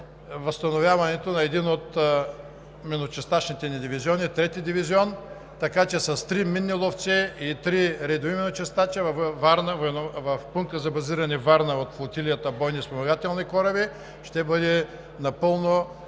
възстановяването на един от миночистачните ни дивизиони – Трети дивизион, така че с три минни ловци и три редови миночистача в пункт за базиране „Варна“ от флотилията бойни спомагателни кораби ще бъдат напълно